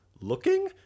looking